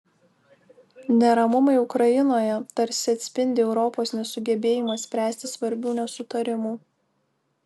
neramumai ukrainoje tarsi atspindi europos nesugebėjimą spręsti svarbių nesutarimų